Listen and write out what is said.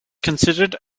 considered